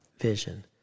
vision